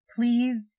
please